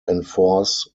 enforce